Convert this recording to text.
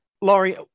Laurie